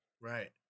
Right